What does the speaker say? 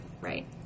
right